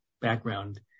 background